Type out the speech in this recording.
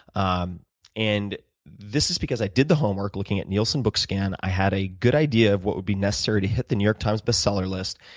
um and this is because i did the homework looking at neilson bookscan. i had a good idea of what would be necessary to hit the new york times best seller list.